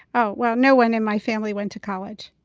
oh, well, no one in my family went to college.